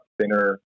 thinner